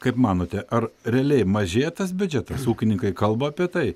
kaip manote ar realiai mažėja tas biudžetas ūkininkai kalba apie tai